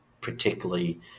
particularly